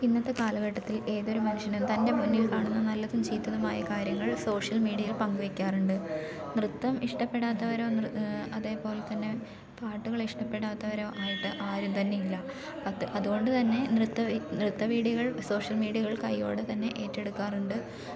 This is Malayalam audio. ഇന്നത്തെ കാലഘട്ടത്തിൽ ഏതൊരു മനുഷ്യനും തൻ്റെ മുന്നിൽ കാണുന്ന നല്ലതും ചീത്തയുമായ കാര്യങ്ങൾ സോഷ്യൽ മീഡിയയിൽ പങ്ക് വെക്കാറുണ്ട് നൃത്തം ഇഷ്ടപ്പെടാത്തവരോ അതേപോലെ തന്നെ പാട്ടുകളിഷ്ടപ്പെടാത്തവരോ ആയിട്ട് ആരും തന്നെ ഇല്ല അത് അതുകൊണ്ട് തന്നെ നൃത്ത നൃത്ത വീഡിയോകൾ സോഷ്യൽ മീഡിയകൾ കയ്യോടെ തന്നെ ഏറ്റെടുക്കാറുണ്ട്